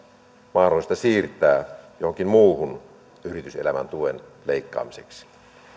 mahdollista siirtää jonkin muun yrityselämän tuen leikkaamiseksi